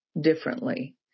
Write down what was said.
differently